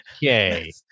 yay